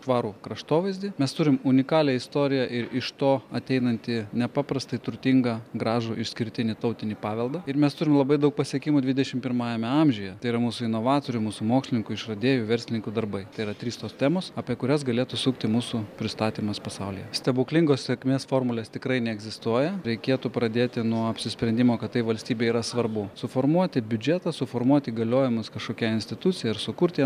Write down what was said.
tvarų kraštovaizdį mes turim unikalią istoriją ir iš to ateinantį nepaprastai turtingą gražų išskirtinį tautinį paveldą ir mes turim labai daug pasiekimų dvidešimt pirmajame amžiuje tai yra mūsų inovatorių mūsų mokslininkų išradėjų verslininkų darbai tai yra trys tos temos apie kurias galėtų sukti mūsų pristatymas pasaulyje stebuklingos sėkmės formulės tikrai neegzistuoja reikėtų pradėti nuo apsisprendimo kad tai valstybei yra svarbu suformuoti biudžetą suformuot įgaliojimus kažkokiai institucijai ar sukurti